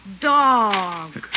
dog